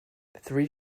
three